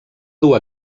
dur